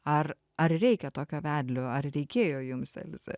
ar ar reikia tokio vedlio ar reikėjo jums elze